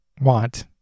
want